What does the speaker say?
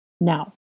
Now